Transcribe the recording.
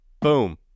boom